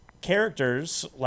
characters